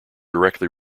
directly